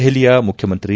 ದೆಹಲಿಯ ಮುಖ್ಯಮಂತ್ರಿ